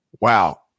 Wow